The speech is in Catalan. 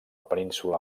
península